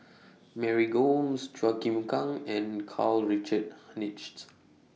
Mary Gomes Chua Chim Kang and Karl Richard Hanitsch